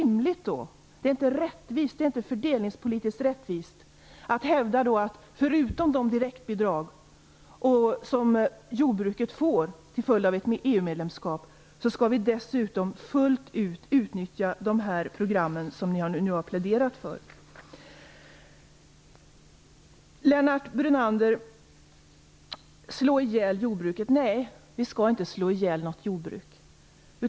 Med tanke på de direktbidrag som jordbruket får till följd av ett EU-medlemskap är det inte rimligt och fördelningspolitiskt rättvist att hävda att de program som ni nu har pläderat för fullt ut skall utnyttjas. Lennart Brunander! Vi skall inte slå ihjäl något jordbruk.